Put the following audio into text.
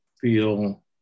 feel